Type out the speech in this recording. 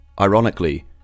ironically